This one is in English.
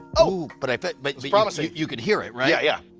oh, but i bet but it's promising. you could hear it, right? yeah, yeah.